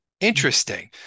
Interesting